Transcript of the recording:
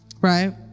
Right